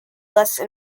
less